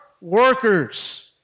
workers